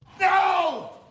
no